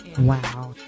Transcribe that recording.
Wow